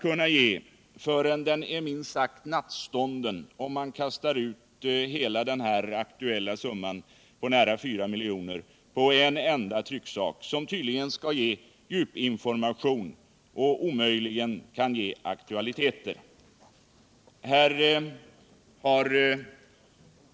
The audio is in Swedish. kunna ge förrän den är minst sagt nättstånden, om man kastar ut hela den aktuella summan på nära 4 miljoner på en enda trycksak, som tydligen skall ge djupinformation och omöjligen kan ge aktualiteter.